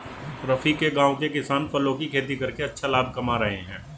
रफी के गांव के किसान फलों की खेती करके अच्छा लाभ कमा रहे हैं